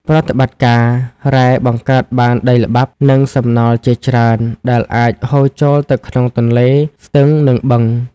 ប្រតិបត្តិការរ៉ែបង្កើតបានដីល្បាប់ និងសំណល់ជាច្រើន ដែលអាចហូរចូលទៅក្នុងទន្លេ ស្ទឹង និងបឹង ។